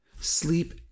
Sleep